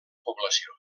població